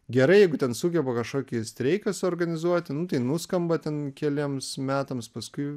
gerai jeigu ten sugeba kažkokį streiką suorganizuoti nu tai nuskamba ten keliems metams paskui